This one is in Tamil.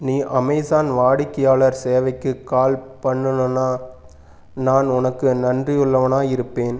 நீ அமேசான் வாடிக்கையாளர் சேவைக்கு கால் பண்ணணுனால் நான் உனக்கு நன்றியுள்ளவனாக இருப்பேன்